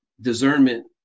discernment